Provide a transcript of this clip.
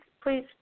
please